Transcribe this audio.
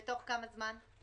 בתוך כמה זמן?